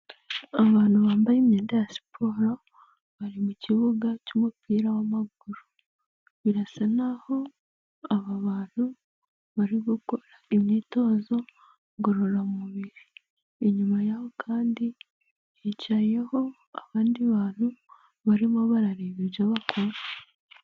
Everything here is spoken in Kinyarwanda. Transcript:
Abantu bambaye imyenda ya siporo, bari mu kibuga cy'umupira w'amaguru, birasa naho aba bantu, bari gukora imyitozo ngororamubiri, inyuma yaho kandi hicayeho abandi bantu, barimo barareba ibyo bakora.